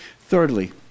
Thirdly